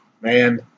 Man